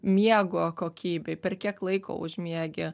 miego kokybei per kiek laiko užmiegi